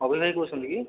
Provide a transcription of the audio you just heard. ଅଭି ଭାଇ କହୁଛନ୍ତି କି